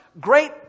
great